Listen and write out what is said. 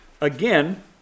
Again